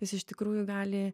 jis iš tikrųjų gali